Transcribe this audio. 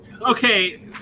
Okay